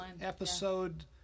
episode